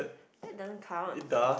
that doesn't count